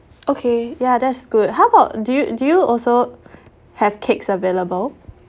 okay ya that's good how about do you do you also have cakes available